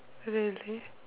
really